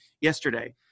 yesterday